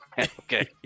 Okay